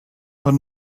but